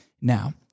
now